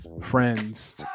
friends